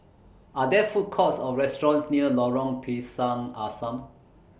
Are There Food Courts Or restaurants near Lorong Pisang Asam